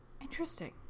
Interesting